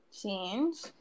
change